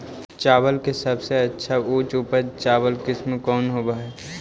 चावल के सबसे अच्छा उच्च उपज चावल किस्म कौन होव हई?